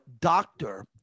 doctor